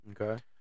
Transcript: Okay